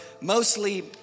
mostly